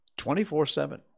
24-7